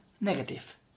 negative